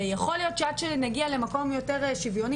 ויכול להיות שעד שנגיע למקום יותר שוויוני